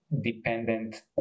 dependent